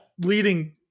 leading